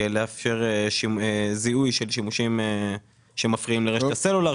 כדי לאפשר זיהוי של שיבושים שמפריעים לרשת הסלולר,